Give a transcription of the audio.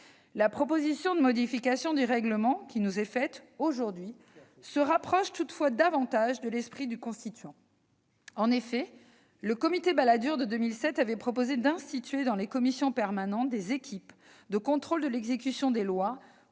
La proposition de modification du règlement du Sénat qui nous est soumise aujourd'hui se rapproche toutefois davantage de l'esprit du Constituant. En effet, le comité Balladur de 2007 avait proposé d'« instituer dans les commissions permanentes des " équipes " de contrôle de l'exécution des lois,